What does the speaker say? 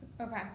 Okay